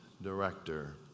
Director